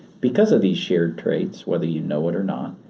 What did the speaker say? because of these shared traits, whether you know it or not,